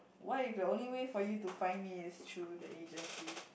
what if the only way for you to find me is through the agency